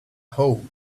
hole